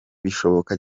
bishoboka